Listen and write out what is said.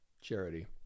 charity